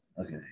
Okay